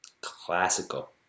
Classical